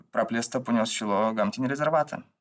praplėstą punios šilo gamtinį rezervatą